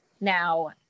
Now